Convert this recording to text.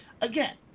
Again